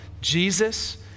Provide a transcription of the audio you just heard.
Jesus